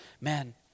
Man